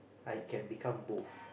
I can become both